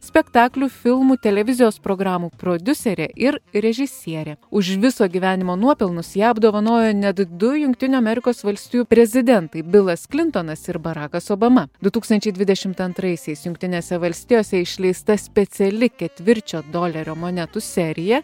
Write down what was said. spektaklių filmų televizijos programų prodiuserė ir režisierė už viso gyvenimo nuopelnus ją apdovanojo net du jungtinių amerikos valstijų prezidentai bilas klintonas ir barakas obama du tūkstančiai dvidešimt antraisiais jungtinėse valstijose išleista speciali ketvirčio dolerio monetų serija